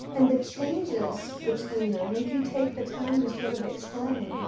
and the changes between them, if you take the time to sort of explain,